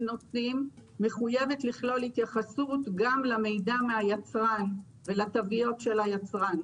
נותנות מחויבת לכלול התייחסות גם למידע מהיצרן ולתוויות של היצרן.